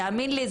תאמין לי,